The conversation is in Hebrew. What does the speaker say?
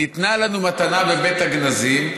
ניתנה לנו מתנה בבית הגנזים,